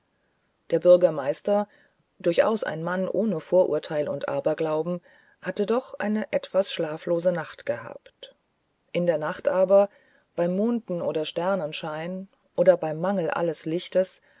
der bürgermeister durchaus ein mann ohne vorurteil und aberglauben hatte doch eine etwas schlaflose nacht gehabt in der nacht aber beim monden oder sternenschein oder beim mangel alles lichts